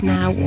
Now